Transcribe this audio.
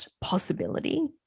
possibility